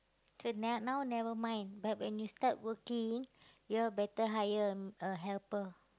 so n~ now never mind but when you start working you all better hire m~ a helper